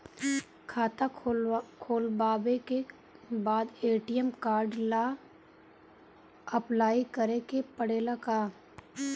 खाता खोलबाबे के बाद ए.टी.एम कार्ड ला अपलाई करे के पड़ेले का?